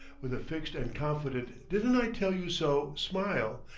with a fixed and confident didn't-i-tell-you-so smile,